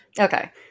Okay